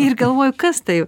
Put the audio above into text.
ir galvoju kas tai